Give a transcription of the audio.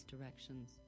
directions